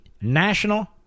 national